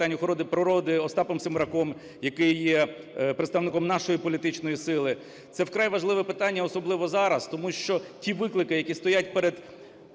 Остапом Семераком, який є представником нашої політичної сили. Це вкрай важливе питання, особливо зараз, тому що ті виклики, які стоять перед